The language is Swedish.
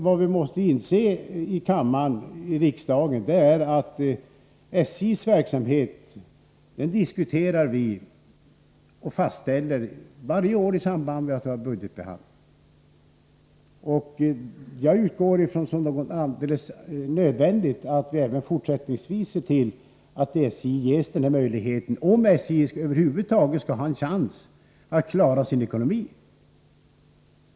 Varje år i samband med budgetbehandlingen diskuterar och fastställer riksdagen SJ:s verksamhet. Jag utgår ifrån som någonting alldeles nödvändigt att vi även fortsättningsvis ser till att SJ får denna möjlighet, om SJ över huvud taget skall ha en chans att klara sin ekonomi.